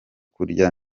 kurya